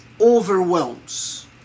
overwhelms